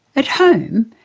at home,